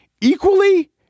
equally